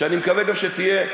שאני מקווה שגם תהיה,